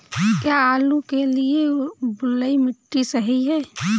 क्या आलू के लिए बलुई मिट्टी सही है?